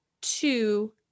Two